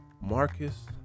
Marcus